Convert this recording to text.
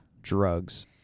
Drugs